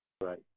Right